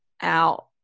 out